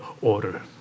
order